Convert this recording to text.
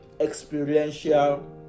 experiential